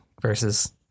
versus